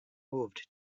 moved